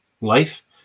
life